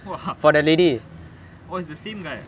!wah! oh for the same guy ah